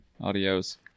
Adios